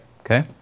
okay